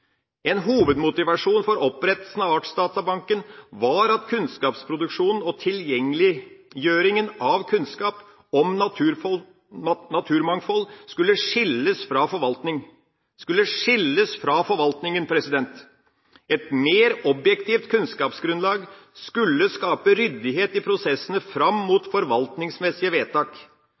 en sentral rolle i kunnskapsoppbygginga på naturmangfoldsområdet. En hovedmotivasjon for opprettelsen av Artsdatebanken var at kunnskapsproduksjonen og tilgjengeliggjøringa av kunnskap om naturmangfold skulle skilles fra forvaltningen. Et mer objektivt kunnskapsgrunnlag skulle skape ryddighet i prosessene fram mot forvaltningsmessige vedtak.